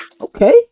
Okay